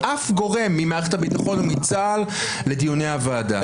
אף גורם ממערכת הביטחון או מצה"ל לדיוני הוועדה.